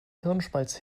hirnschmalz